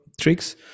tricks